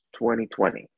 2020